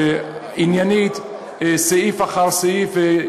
עניינית, סעיף אחר סעיף.